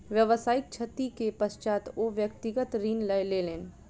व्यावसायिक क्षति के पश्चात ओ व्यक्तिगत ऋण लय लेलैन